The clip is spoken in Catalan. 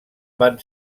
van